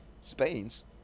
spain's